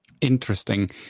Interesting